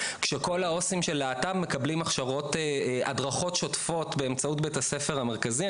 כשכל העו"סים של להט"ב מקבלים הדרכות שוטפות באמצעות בית הספר המרכזי.